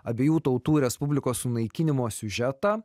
abiejų tautų respublikos sunaikinimo siužetą